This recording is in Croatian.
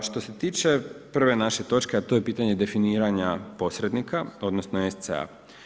A što se tiče prve naše točke a to je pitanje definiranja posrednika, odnosno SC-a.